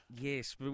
Yes